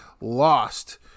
lost